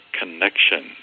connection